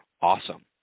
awesome